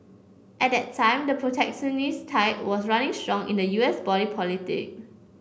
at that time the protectionist tide was running strong in the U S body politic